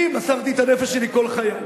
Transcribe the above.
אני מסרתי את הנפש שלי כל חיי.